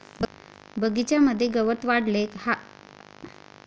बगीच्यामंदी गवत वाढले हाये तर ते कापनं परवडन की फवारा मारनं परवडन?